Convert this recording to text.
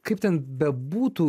kaip ten bebūtų